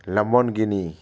Lamborghini